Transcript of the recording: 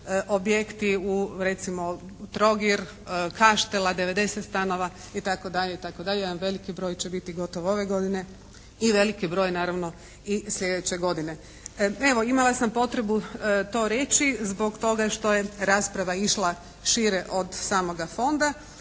objekti u recimo Trogir, Kaštela 90 stanova itd. Jedan veliki broj će biti gotov ove godine i veliki broj naravno i sljedeće godine. Evo, imala sam potrebu to reći zbog toga što je rasprava išla šire od samoga fonda.